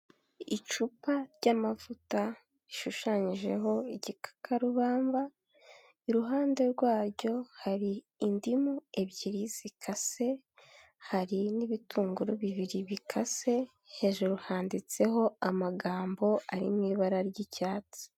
Icupa ry'amavuta rishushanyijeho igikakarubamba iruhande rwaryo hari indimu ebyiri zikase hari n'ibitunguru bibiri bikase hejuru handitseho amagambo ari mu ibara ry'icyatsi.